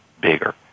bigger